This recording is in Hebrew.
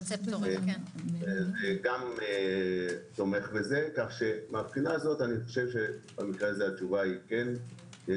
כך שמבחינה זו התשובה היא כן.